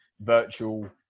virtual